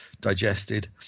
digested